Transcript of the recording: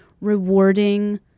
rewarding